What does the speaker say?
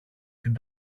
την